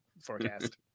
forecast